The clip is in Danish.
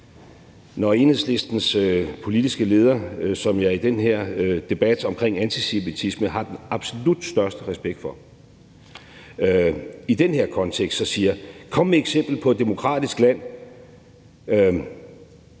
Enhedslistens politiske leder, som jeg i den her debat om antisemitisme har den absolut største respekt for, siger i den her kontekst: Kom med et eksempel på et demokratisk land,